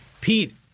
Pete